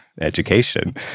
education